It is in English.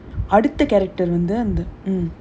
அடுத்த:adutha character வந்து இல்ல:vandhu illa